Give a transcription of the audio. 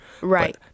right